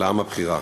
לעם הבחירה.